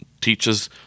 teaches